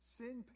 sin